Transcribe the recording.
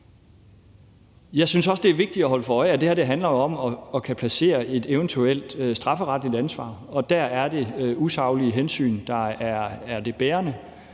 Jeg synes også, det er vigtigt at holde sig for øje, at det her handler om at kunne placere et eventuelt strafferetligt ansvar, og der er det usaglige hensyn, der er det bærende.